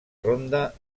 ronda